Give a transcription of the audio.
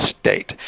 state